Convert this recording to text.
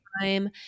time